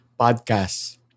podcast